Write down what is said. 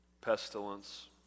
Pestilence